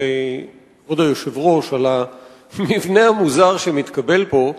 כבוד היושב-ראש על המבנה המוזר שהתקבל פה.